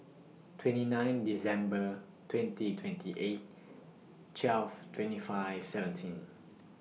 twenty nine December twenty twenty eight twelve twenty five seventeen